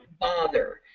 bother